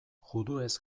juduez